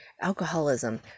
alcoholism